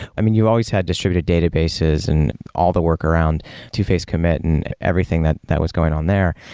i mean, you always had distributed databases and all the work around two-phase commit and everything that that was going on there.